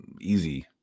easy